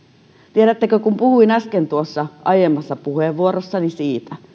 tiedättekö puhuin äsken tuossa aiemmassa puheenvuorossani siitä